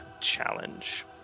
Challenge